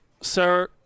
sir